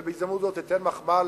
ובהזדמנות זאת אתן מחמאה